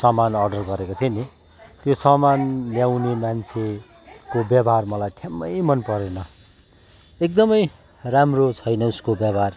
सामान अर्डर गरेको थिएँ नि त्यो सामान ल्याउने मान्छेको व्यवहार मलाई ठ्याम्मै मन परेन एकदमै राम्रो छैन उसको व्यवहार